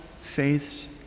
faiths